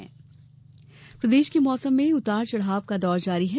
मौसम प्रदेश के मौसम में उतार चढ़ाव का दौर लगातार जारी है